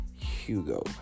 hugo